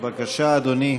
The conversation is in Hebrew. בבקשה, אדוני.